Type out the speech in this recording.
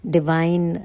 Divine